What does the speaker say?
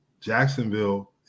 jacksonville